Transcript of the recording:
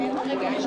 בבקשה.